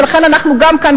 ולכן גם אנחנו כאן,